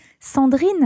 Sandrine